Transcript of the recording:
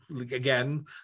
again